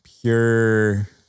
pure